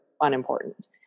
unimportant